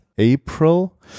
April